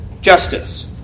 justice